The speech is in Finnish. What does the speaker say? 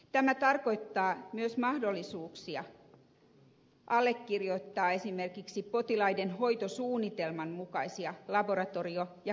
tämä tarkoittaa myös mahdollisuuksia allekirjoittaa esimerkiksi potilaiden hoitosuunnitelman mukaisia laboratorio ja kuvantamismenetelmiä